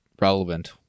relevant